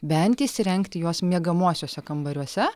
bent įsirengti juos miegamuosiuose kambariuose